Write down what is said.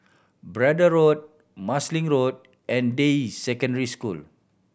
Braddell Road Marsiling Road and Deyi Secondary School